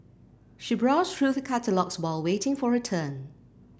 she browsed through the catalogues while waiting for her turn